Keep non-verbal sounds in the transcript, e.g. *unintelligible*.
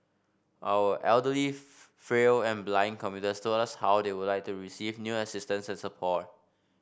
our elderly *unintelligible* frail and blind commuters told us how they would like to receive new assistance and support